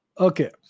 Okay